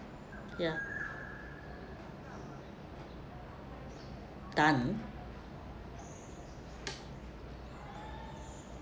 ya tan